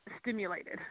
stimulated